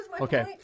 Okay